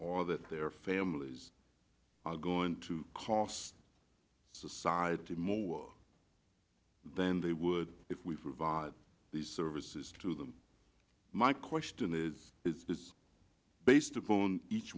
or that their families are going to cost society more than they would if we provide these services to them my question is is this based upon each